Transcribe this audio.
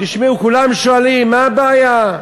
כולם שואלים: מה הבעיה?